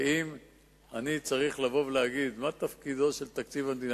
ואם אני צריך לבוא ולהגיד מה תפקידו של תקציב המדינה,